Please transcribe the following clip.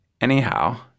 Anyhow